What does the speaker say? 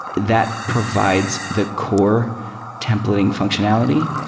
that provides the core templating functionality.